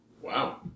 Wow